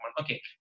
okay